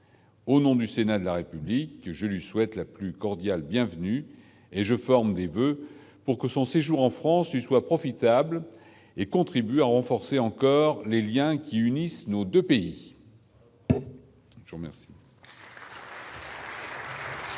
au nom du Sénat de la République, je lui souhaite la plus cordiale bienvenue et je forme des voeux pour que son séjour en France soit profitable et contribuer à renforcer encore les Liens qui unissent nos 2 pays. L'ordre